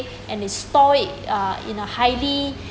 and they store it uh in a highly